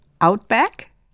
Outback